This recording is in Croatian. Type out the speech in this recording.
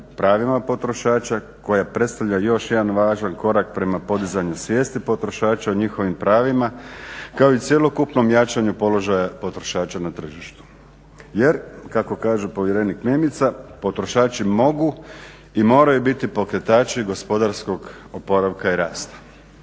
pravima potrošača koja predstavlja još jedan važan korak prema podizanju svijesti potrošača u njihovim pravima kao i cjelokupnom jačanju položaja potrošača na tržištu. Jer kako kaže povjerenik Mimica potrošači mogu i moraju biti pokretači gospodarskog oporavka i rasta.